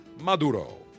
Maduro